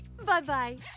Bye-bye